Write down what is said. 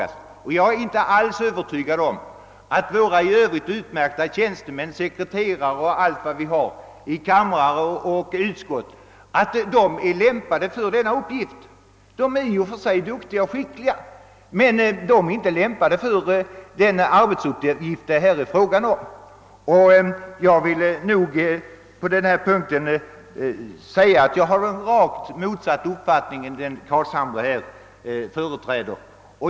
Jag är nämligen inte alls övertygad om att våra i övrigt utmärkta tjänstemän, sekreterare och andra som tjänstgör i kamrar och utskott, är lämpade för denna uppgift. De är i och för sig duktiga och skickliga, men de är inte alltid utbildade för den arbetsuppgift det här är fråga om. Jag vill nog på denna punkt säga att jag har en rakt motsatt uppfattning till den som herr Carlshamre här företräder.